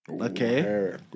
Okay